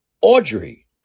Audrey